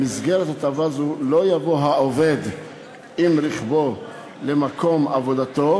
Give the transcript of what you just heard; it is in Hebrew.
במסגרת הטבה זו לא יבוא העובד עם רכבו למקום עבודתו,